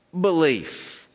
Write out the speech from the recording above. belief